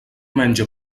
menja